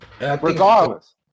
Regardless